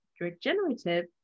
regenerative